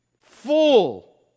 Full